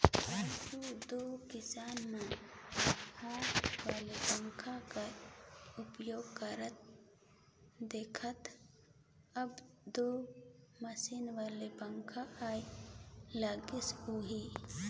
आघु दो किसान मन ल हाथ वाला पंखा कर उपयोग करत देखथे, अब दो मसीन वाला पखा आए लगिस अहे